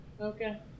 Okay